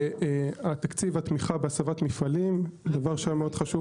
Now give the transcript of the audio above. תקציב התמיכה בהסבת מפעלים, דבר שהיה חשוב